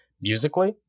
musically